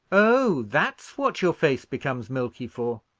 oh! that's what your face becomes milky for?